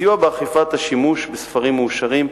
סיוע באכיפת השימוש בספרים מאושרים,